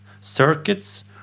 circuits